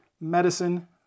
Medicine